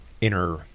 inner